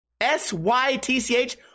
S-Y-T-C-H